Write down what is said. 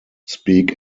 speak